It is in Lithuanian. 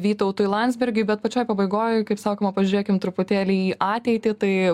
vytautui landsbergiui bet pačioj pabaigoj kaip sakoma pažiūrėkim truputėlį į ateitį tai